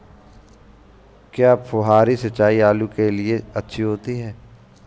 क्या फुहारी सिंचाई आलू के लिए अच्छी होती है?